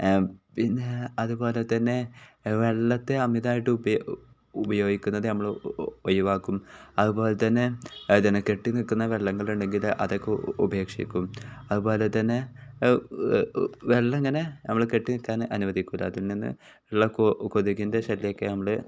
പിന്നെ അതുപോലെ തന്നെ വെള്ളത്തെ അമിതമായിട്ട് ഉപയോഗിക്കുന്നത് നമ്മൾ ഒഴിവാക്കും അതുപോലെ തന്നെ ഇതിനെ കെട്ടി നിൽക്കുന്ന വെള്ളങ്ങൾ ഉണ്ടെങ്കിൽ അതൊക്കെ ഉപേക്ഷിക്കും അതുപോലെ തന്നെ വെള്ളം അങ്ങനെ നമ്മൾ കെട്ടി നിൽക്കാൻ അനുവദിക്കുകയില്ല അതിൽ നിന്ന് ഉള്ള കൊ കൊതുകിൻ്റെ ശല്യമൊക്കെ നമ്മൾ